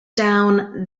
down